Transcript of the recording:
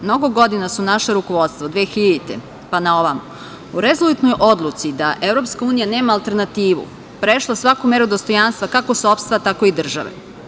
Mnogo godina su naša rukovodstva, od 2000. pa naovamo, u rezolutnoj odluci da Evropska unija nema alternativu prešla svaku meru dostojanstva, kako sopstva tako i države.